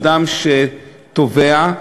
אדם שתובע,